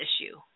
issue